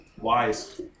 Wise